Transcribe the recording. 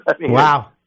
Wow